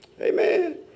Amen